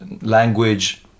language